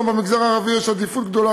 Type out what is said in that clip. במגזר הערבי יש עדיפות גדולה.